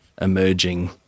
emerging